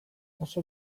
oso